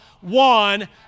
one